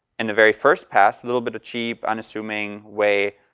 in the very first pass, a little bit of cheap, unassuming, way,